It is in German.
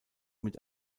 mit